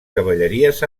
cavalleries